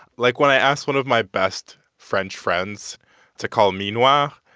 like, when i asked one of my best french friends to call me noir,